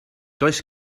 does